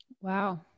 Wow